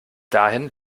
dahin